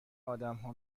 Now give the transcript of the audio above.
آدمها